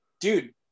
dude